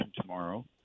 tomorrow